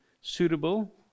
suitable